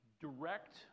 direct